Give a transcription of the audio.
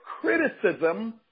criticism